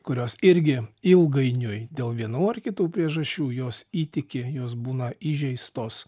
kurios irgi ilgainiui dėl vienų ar kitų priežasčių jos įtiki jos būna įžeistos